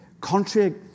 contrary